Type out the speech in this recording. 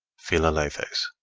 philalethes.